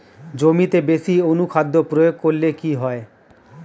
জমিতে বেশি অনুখাদ্য প্রয়োগ করলে কি হয়?